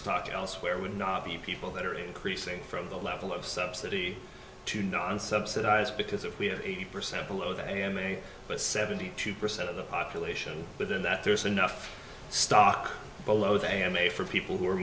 stock elsewhere would not be people that are increasing from the level of subsidy to non subsidized because if we have eighty percent below the a m a but seventy two percent of the population within that there's enough stock below the a m a for people who are